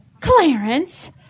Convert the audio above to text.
Clarence